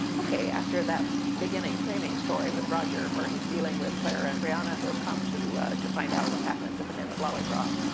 ok, after that beginning framing story with roger, where he's dealing with claire and brianna who have come to to find out what happened to the men of lallybroch,